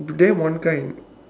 but them one kind